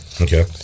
okay